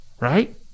Right